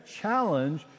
challenge